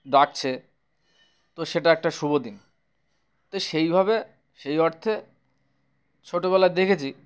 ডাকছে তো সেটা একটা শুভ দিন তো সেইভাবে সেই অর্থে ছোটবেলায় দেখেছি